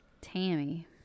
tammy